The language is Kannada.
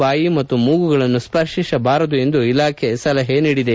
ಬಾಯಿ ಮತ್ತು ಮೂಗುಗಳನ್ನು ಸ್ವರ್ಶಿಸಬಾರದು ಎಂದು ಇಲಾಖೆ ಸಲಹೆ ಮಾಡಿದೆ